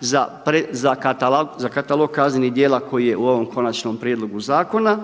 za katalog kaznenih djela koji je u ovom konačnom prijedlogu zakona.